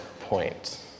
point